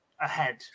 ahead